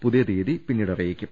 പുതിയ തീയതി പിന്നീട് അറിയിക്കും